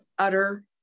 utter